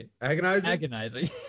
Agonizing